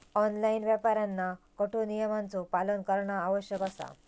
online व्यापाऱ्यांना कठोर नियमांचो पालन करणा आवश्यक असा